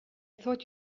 thought